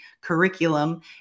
curriculum